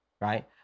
right